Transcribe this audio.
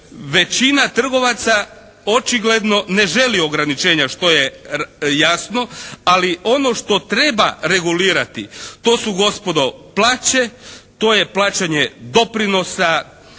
Većina trgovaca očigledno ne želi ograničenja što je jasno, ali ono što treba regulirati to su gospodo plaće, to je plaćanje doprinosa,